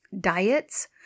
Diets